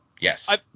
Yes